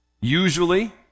Usually